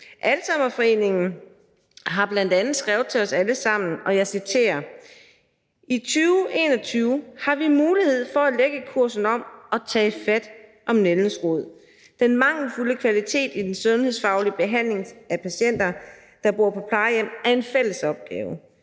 Alzheimerforeningen har bl.a. skrevet til os alle sammen, og jeg citerer: I 2021 har vi mulighed for at lægge kursen om og tage fat om nældens rod. Den mangelfulde kvalitet i den sundhedsfaglige behandling af patienter, der bor på plejehjem, er en fælles opgave.